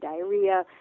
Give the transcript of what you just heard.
diarrhea